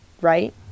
right